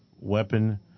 weapon